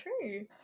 true